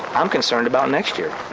i'm concerned about next year.